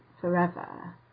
forever